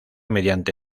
mediante